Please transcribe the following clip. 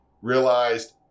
realized